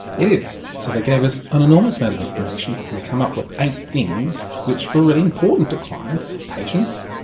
it is. so they gave us an enormous amount of information, and we came up with eight things which were really important to clients, patients.